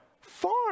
farm